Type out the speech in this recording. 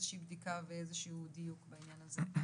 שהיא בדיקה ואיזה שהוא דיוק בעניין הזה.